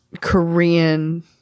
Korean